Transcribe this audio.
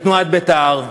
בתנועת בית"ר,